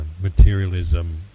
materialism